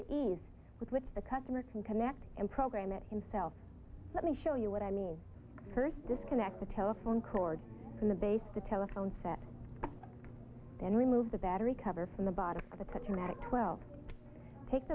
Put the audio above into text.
the ease with which the customer can connect and program it himself let me show you what i mean first disconnect the telephone cord in the base the telephone set and remove the battery cover from the bottom of the to turn at twelve take